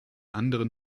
anderen